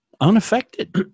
unaffected